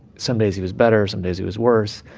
some days he was better some days he was worse.